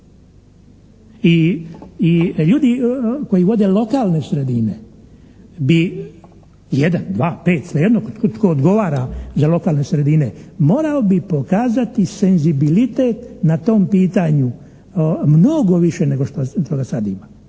I ljudi koji vode lokalne sredine bi, jedan, dva, pet, sve jedno tko odgovara za lokalne sredine, morao bi pokazati senzibilitet na tom pitanju mnogo više nego što ga sada ima.